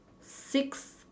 Six